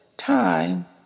time